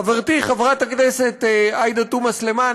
חברתי חברת הכנסת עאידה תומא סלימאן,